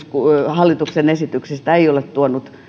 hallituksen esityksistä ei ole tuonut